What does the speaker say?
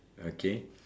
okay